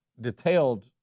detailed